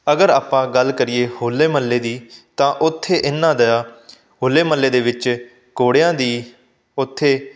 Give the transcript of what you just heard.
ਅਗਰ ਆਪਾਂ ਗੱਲ ਕਰੀਏ ਹੋਲੇ ਮਹੱਲੇ ਦੀ ਤਾਂ ਉੱਥੇ ਇਹਨਾਂ ਦਾ ਹੋਲੇ ਮਹੱਲੇ ਦੇ ਵਿੱਚ ਘੋੜਿਆਂ ਦੀ ਉੱਥੇ